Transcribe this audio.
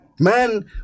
Man